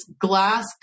glass